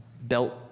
belt